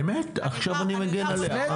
באמת, עכשיו אני מגן עליה.